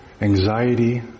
anxiety